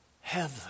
heaven